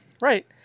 Right